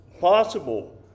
possible